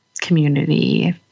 community